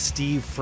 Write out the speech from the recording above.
Steve